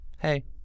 Hey